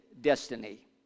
destiny